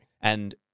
And-